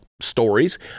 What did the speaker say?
stories